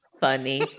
funny